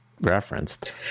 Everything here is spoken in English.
Referenced